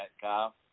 Kyle